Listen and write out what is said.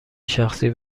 شخصی